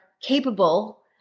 capable